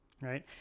right